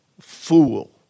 fool